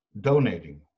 donating